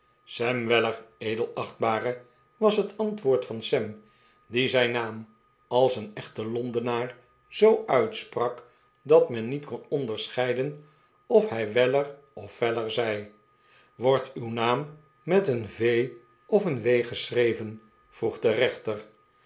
sam weller edelachtbare was het antwoord van sam die zijn naam als een echte londenaar zoo uitsprak dat men niet kon onderscheiden of hij weller of veller zei wordt uw naam met een v of een w geschreven vroeg de rechter